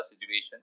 situation